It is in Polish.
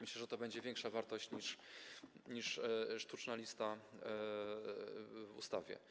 Myślę, że to będzie większa wartość niż sztuczna lista w ustawie.